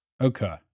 Okay